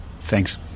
Thanks